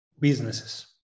businesses